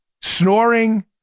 snoring